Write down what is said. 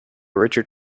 richard